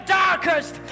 darkest